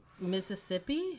Mississippi